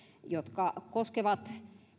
jotka koskevat